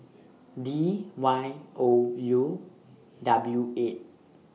D Y O U W eight